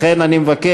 לכן, אני מבקש,